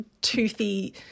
toothy